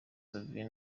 xavier